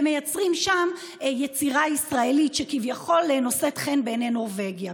ומייצרים שם יצירה ישראלית שכביכול נושאת חן בעיני נורבגיה.